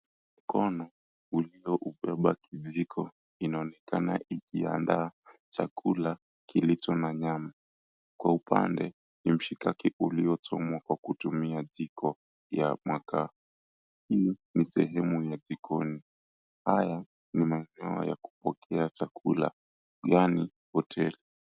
Mkono uliobeba kijiko inaonekana ikiandaa chakula kilicho na nyama kwa upande ni mshikaki uliochomwa kwa kutumia jiko ya makaa hii ni sehemu ya jikoni haya ni maeneo ya kupokea chakula yani hoteli.